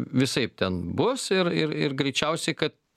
visaip ten bus ir ir ir greičiausiai kad